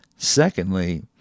Secondly